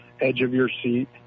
edge-of-your-seat